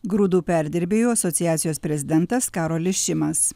grūdų perdirbėjų asociacijos prezidentas karolis šimas